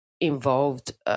involved